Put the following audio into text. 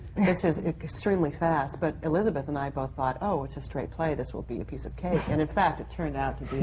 this is extremely fast. but elizabeth and i both thought, oh, it's a straight play. this will be a piece of cake. and in fact, it turned out